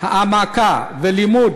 העמקה ולימוד